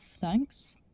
thanks